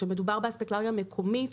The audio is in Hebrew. כשמדובר באספקלריה מקומית,